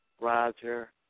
Roger